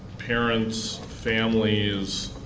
parents, families